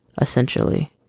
Essentially